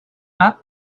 add